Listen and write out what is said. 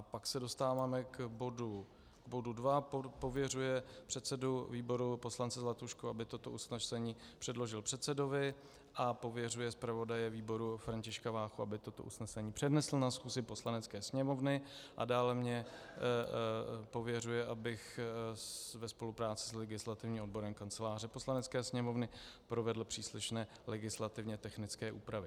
Pak se dostáváme k bodu dva pověřuje předsedu výboru poslance Zlatušku, aby toto usnesení předložil předsedovi Poslanecké sněmovny, a pověřuje zpravodaje výboru Františka Váchu, aby toto usnesení přednesl ve schůzi Poslanecké sněmovny, a dále mě pověřuje, abych ve spolupráci s legislativním odborem Kanceláře Poslanecké sněmovny provedl příslušné legislativně technické úpravy.